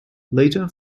later